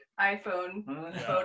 iPhone